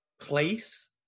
place